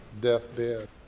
deathbed